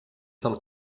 del